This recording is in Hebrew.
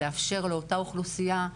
לאפשר לאותה אוכלוסייה,